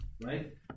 right